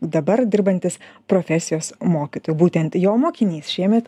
dabar dirbantis profesijos mokytoju būtent jo mokinys šiemet